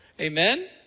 Amen